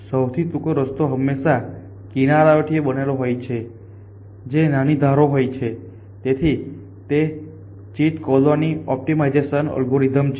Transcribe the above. સૌથી ટૂંકો રસ્તો હંમેશાં કિનારીઓથી બનેલો હોય છે જે નાની ધારો હોય છે તેથી તે ચીટ કોલોની ઓપ્ટિમાઇઝેશન એલ્ગોરિધમ છે